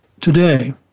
today